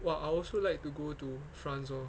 !wah! I also like to go to france lor